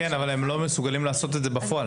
כן, אבל הם לא מסוגלים לעשות את זה בפועל.